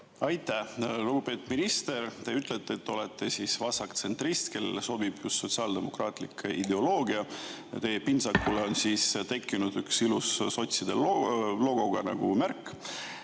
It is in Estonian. Aitäh! Lugupeetud minister! Te ütlete, et olete vasaktsentrist, kellele sobib just sotsiaaldemokraatlik ideoloogia. Teie pintsakule on tekkinud üks ilus sotside logoga märk.